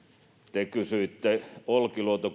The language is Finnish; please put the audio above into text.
te kysyitte olkiluoto